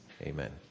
Amen